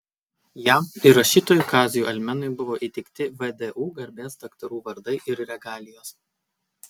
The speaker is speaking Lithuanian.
jam ir rašytojui kaziui almenui buvo įteikti vdu garbės daktarų vardai ir regalijos